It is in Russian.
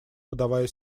подавая